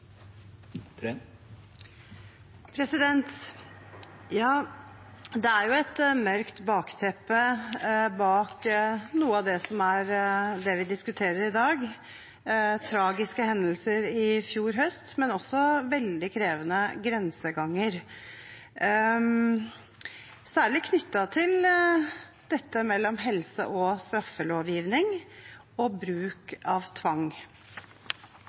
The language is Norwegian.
et mørkt bakteppe bak noe av det vi diskuterer i dag – tragiske hendelser i fjor høst, men også veldig krevende grenseganger, særlig knyttet til dette mellom helse- og straffelovgivning og bruk av tvang.